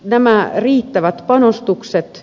nämä ä riittävät panostukset